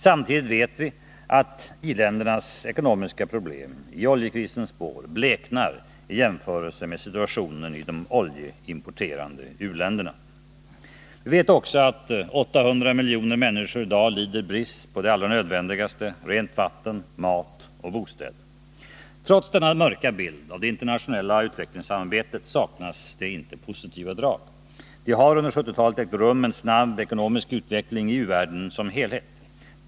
Samtidigt vet vi att i-ländernas ekonomiska problem i oljekrisernas spår bleknar i jämförelse med situationen i de oljeimporterande u-länderna. Vi vet också att 800 miljoner människor i dag lider brist på det allra nödvändigaste: rent vatten, mat och bostäder. Trots denna mörka bild av det internationella utvecklingssamarbetet saknas det inte positiva drag. Det har under 1970-talet ägt rum en snabb ekonomisk utveckling i u-världen som helhet.